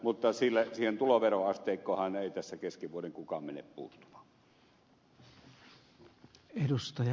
mutta siihen tuloveroasteikkoonhan ei tässä kesken vuoden kukaan mene puuttumaan